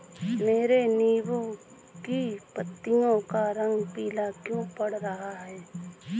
मेरे नींबू की पत्तियों का रंग पीला क्यो पड़ रहा है?